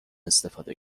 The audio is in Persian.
استفاده